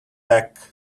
back